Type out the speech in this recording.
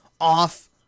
off